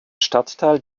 stadtteil